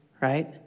right